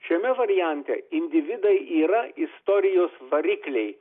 šiame variante individai yra istorijos varikliai